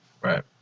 Right